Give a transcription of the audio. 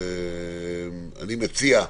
אני מציע,